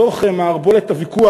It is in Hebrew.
בתוך מערבולת הוויכוח,